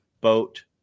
boat